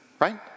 Right